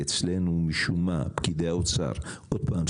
אצלנו משום מה פקידי האוצר עוד פעם,